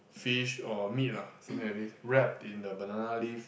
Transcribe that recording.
fish or meat ah something like this wrapped in the banana leaf